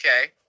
Okay